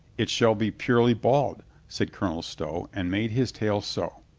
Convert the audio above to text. it shall be purely bald, said colonel stow, and made his tale so.